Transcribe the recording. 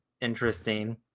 interesting